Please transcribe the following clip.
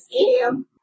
scam